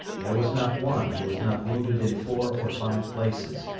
there was not one who was not wounded in four or five places,